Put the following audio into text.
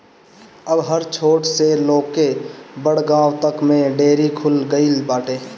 अब हर छोट से लेके बड़ गांव तक में डेयरी खुल गईल बाटे